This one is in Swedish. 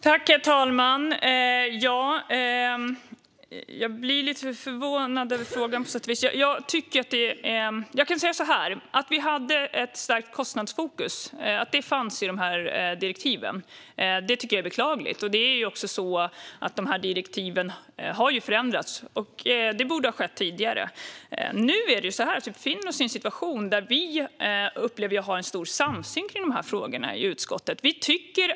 Herr talman! Jag blir på sätt och vis lite förvånad över frågan, och jag kan säga följande: Att vi hade ett starkt kostnadsfokus och att det fanns i dessa direktiv tycker jag är beklagligt. Dessa direktiv har också förändrats, och det borde ha skett tidigare. Nu befinner vi oss i en situation där jag upplever att vi i utskottet har en stor samsyn i dessa frågor.